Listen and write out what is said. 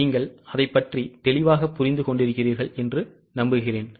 நீங்கள் அதைப் பற்றி தெளிவாக புரிந்து கொண்டிருக்கிறீர்கள் என்று நம்புகிறேன்